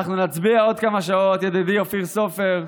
אנחנו נצביע עוד כמה שעות, ידידי אופיר סופר.